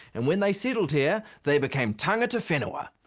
and when they settled here, they become tangata whenua,